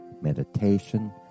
meditation